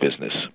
Business